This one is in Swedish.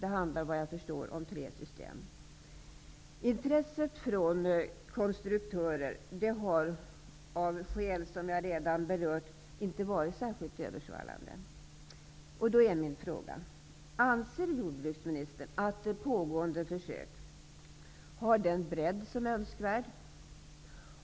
Som jag förstår handlar det om tre system. Av skäl som jag redan berört har intresset från konstruktörer inte varit särskilt översvallande. Jag vill fråga: Anser jordbruksministern att pågående försök har den bredd som är önskvärd?